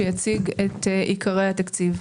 שיציג את עיקרי התקציב.